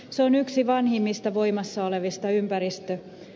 se on yksi vanhimmista voimassa olevista ympäristölaeistamme